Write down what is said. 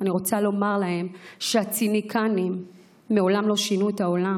אני רוצה לומר להם שהציניקנים מעולם לא שינו את העולם,